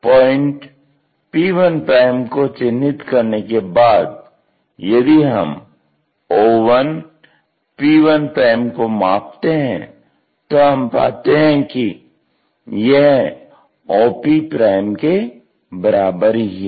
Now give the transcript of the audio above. point p1 को चिन्हित करने के बाद यदि हम o1p1 को मापते हैं तो हम पाते हैं कि यह o p के बराबर ही है